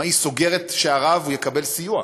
עצמאי סוגר את שעריו הוא יקבל סיוע,